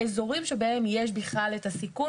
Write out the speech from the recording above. בהמשך לקיבוע המגמה הלא נכונה של תמ"א